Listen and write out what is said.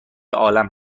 عالم